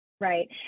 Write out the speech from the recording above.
Right